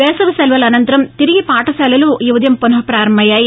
వేసవి శెలవుల అనంతరం తిరిగి పాఠశాలలు ఈ ఉదయం పునపారంభమయ్యాయి